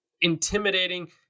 intimidating